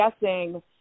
guessing